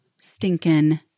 stinking